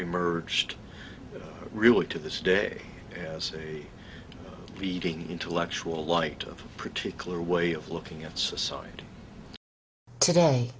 emerged really to this day as a leading intellectual light of a particular way of looking at society today